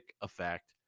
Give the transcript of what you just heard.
effect